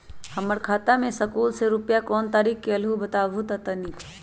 हमर खाता में सकलू से रूपया कोन तारीक के अलऊह बताहु त तनिक?